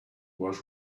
was